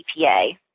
EPA